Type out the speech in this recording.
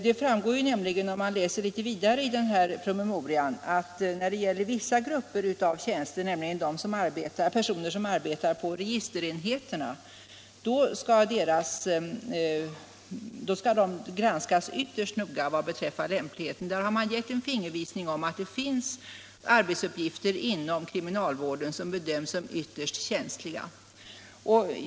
Det framgår nämligen, om man läser litet vidare i den här promemorian, att när det gäller vissa grupper av tjänster — för de personer som arbetar på registerenheterna — skall det ske en ytterst noggrann granskning av lämpligheten. Där har man gett en fingervisning om att det finns arbetsuppgifter inom kriminalvården som bedöms som ytterst känsliga.